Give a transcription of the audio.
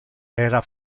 era